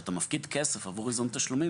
כשאתה מפקיד כסף עבור ייזום תשלומים,